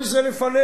כל זה לפנינו.